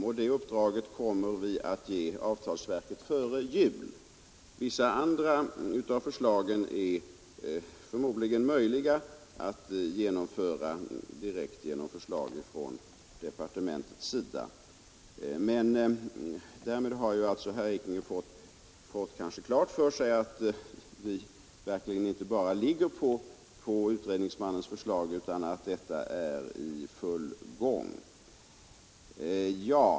Det uppdraget kommer vi att ge avtalsverket före jul. Vissa andra av förslagen är förmodligen möjliga att genomföra direkt genom förslag från departementets sida. Därmed har alltså herr Ekinge kanske fått klart för sig att vi verkligen inte bara ligger på utredningsmannens förslag utan att prövningen därav är i full gång.